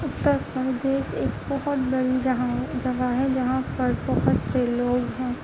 اتر پردیش ایک بہت بڑی جگہ جگہ ہے جہاں پر بہت سے لوگ ہیں